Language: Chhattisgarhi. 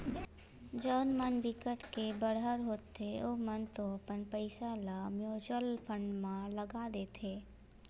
जउन मन बिकट के बड़हर होथे ओमन तो अपन पइसा ल म्युचुअल फंड म लगा देथे